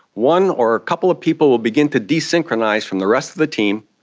one or a couple of people will begin to de synchronise from the rest of the team.